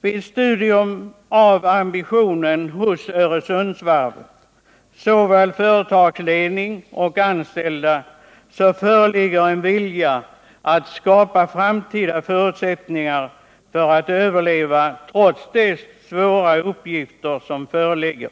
Vid studium av ambitionen hos Öresundsvarvet — såväl hos företagsledning som hos de anställda — finner man att det föreligger en vilja att skapa framtida förutsättningar för att överleva trots de svåra uppgifter som finns.